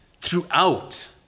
throughout